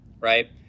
right